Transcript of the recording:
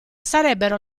sarebbero